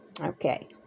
Okay